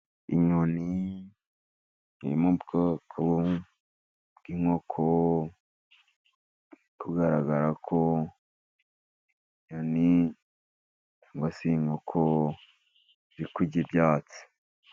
Inyoni iri mu bwoko bw'inkoko. Biri kugaragara ko inyoni cyangwa se iyi nkoko iri kurya ibyatsi.